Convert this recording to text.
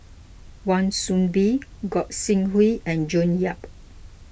Wan Soon Bee Gog Sing Hooi and June Yap